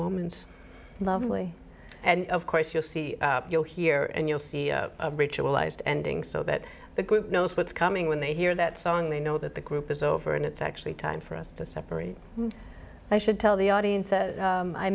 moments and lovely and of course you'll see you here and you'll see a ritualized ending so that the group knows what's coming when they hear that song they know that the group is over and it's actually time for us to separate i should tell the audience that